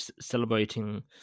celebrating